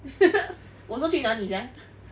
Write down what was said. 我坐去哪里 sia